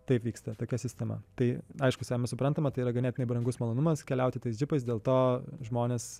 taip vyksta tokia sistema tai aišku savaime suprantama tai yra ganėtinai brangus malonumas keliauti tais džipais dėl to žmonės